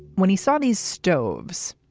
when he saw these stoves,